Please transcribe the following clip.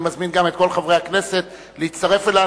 אני מזמין גם את כל חברי הכנסת להצטרף אלי.